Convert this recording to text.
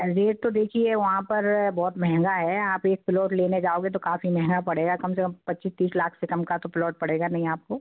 rate तो देखिए वहाँ पर बहुत महंगा है आप एक प्लोट लेने जाओगे तो काफ़ी महंगा पड़ेगा कम से कम पच्चीस तीस लाख से कम का तो प्लोट पड़ेगा नहीं आप को